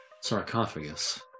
sarcophagus